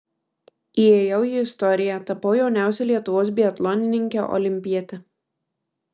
įėjau į istoriją tapau jauniausia lietuvos biatlonininke olimpiete